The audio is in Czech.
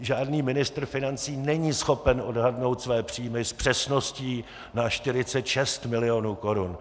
Žádný ministr financí není schopen odhadnout své příjmy s přesností na 46 milionů korun!